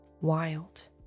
wild